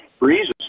reasons